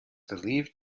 believed